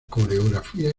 coreografía